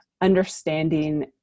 understanding